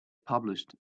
published